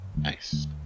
Nice